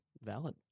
valid